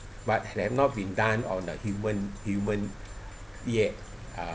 but have not been done on a human human yet uh